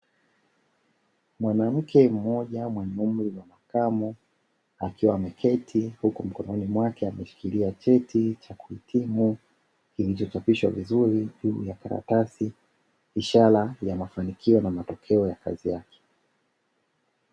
Mwanamke mmoja mwenye umri wa makamo, akiwa ameketi huku mkononi mwake ameshikilia cheti cha kuhitimu kilichochapishwa vizuri juu ya karatasi; ishara ya mafanikio na matokeo ya kazi yake.